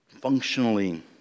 functionally